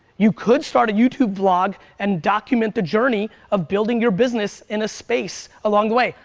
you could start a youtube vlog and document the journey of building your business in a space along the way.